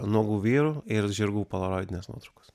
nuogų vyrų ir žirgų polaroidinės nuotraukos